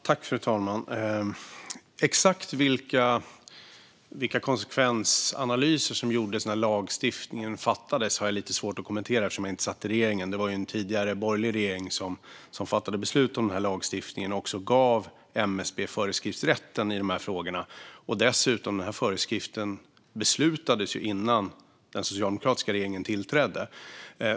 Fru talman! Exakt vilka konsekvensanalyser som gjordes när lagstiftningen tillkom har jag lite svårt att kommentera eftersom jag inte satt i regeringen. Det var en tidigare borgerlig regering som fattade beslut om den här lagstiftningen och som gav MSB föreskriftsrätten i dessa frågor. Dessutom beslutades föreskriften innan den socialdemokratiska regeringen tillträdde.